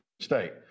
state